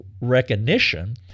recognition